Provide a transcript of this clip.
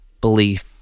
belief